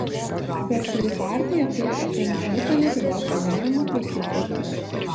bet kuri partija turi apimt visą lietuvos gyvenimą plačiu spektru